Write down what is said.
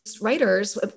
writers